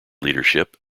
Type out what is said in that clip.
leadership